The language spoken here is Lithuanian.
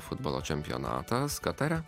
futbolo čempionatas katare